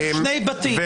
-- של שני בתים,